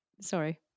Sorry